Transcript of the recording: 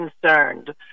concerned